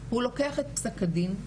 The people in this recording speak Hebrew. הוא לוקח את פסק הדין,